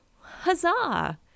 huzzah